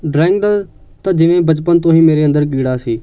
drawing ਦਾ ਤਾਂ ਜਿਵੇਂ ਬਚਪਨ ਤੋਂ ਹੀ ਮੇਰੇ ਅੰਦਰ ਕੀੜਾ ਸੀ